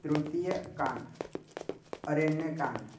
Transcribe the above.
तृतीयकण्डः आरण्यकाण्डः